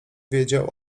wiedział